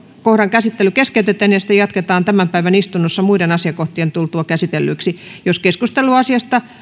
käsittely keskeytetään ja sitä jatketaan tämän päivän istunnossa muiden asiakohtien tultua käsitellyiksi jos keskustelu asiasta